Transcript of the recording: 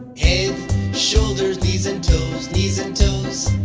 head shoulders knees and toes, knees and toes.